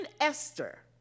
Esther